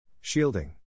Shielding